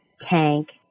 Tank